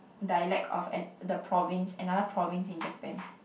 dialect of an the province another province in Japan